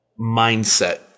mindset